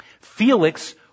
Felix